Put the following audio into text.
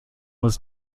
was